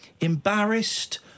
embarrassed